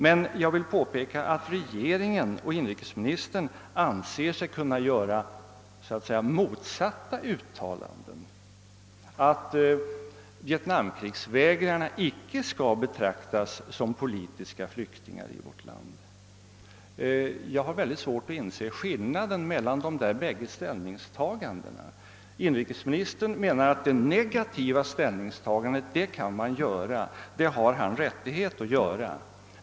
Men jag vill påpeka att regeringen och inrikesministern anser sig kunna göra så att säga motsatta uttalanden i frågan huruvida vietnamkrigsvägrarna skall betraktas som politiska flyktingar i vårt land eller inte. Jag har väldigt svårt att förstå skillnaden mellan dessa båda ställningstaganden. Inrikesministern menar att han kan göra det negativa ställningstagandet; det har han s.a.s. rättighet att göra.